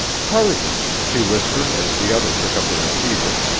hurry! she whispered as the other took up the receiver.